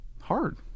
hard